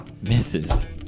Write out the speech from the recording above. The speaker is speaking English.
Misses